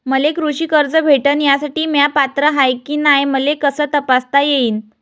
मले कृषी कर्ज भेटन यासाठी म्या पात्र हाय की नाय मले कस तपासता येईन?